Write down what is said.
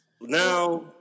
Now